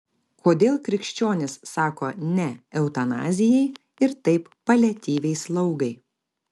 kodėl krikščionys sako ne eutanazijai ir taip paliatyviai slaugai